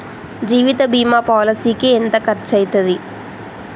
జీవిత బీమా పాలసీకి ఎంత ఖర్చయితది?